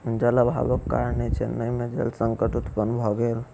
जल अभावक कारणेँ चेन्नई में जल संकट उत्पन्न भ गेल